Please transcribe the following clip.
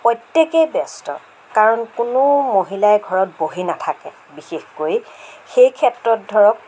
প্ৰত্যেকেই ব্যস্ত কাৰণ কোনো মহিলাই ঘৰত বহি নাথাকে বিশেষকৈ সেই ক্ষেত্ৰত ধৰক